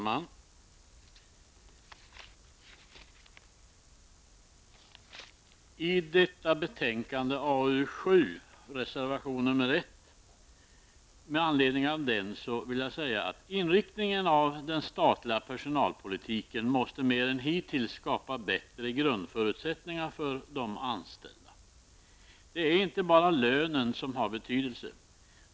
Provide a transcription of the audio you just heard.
Herr talman! Med anledning av reservation 1 i detta betänkande, AU7, vill jag säga att inriktningen av den statliga personalpolitiken måste mer än hittills skapa bättre grundförutsättningar för de anställda. Inte bara lönen har betydelse.